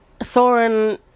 Thorin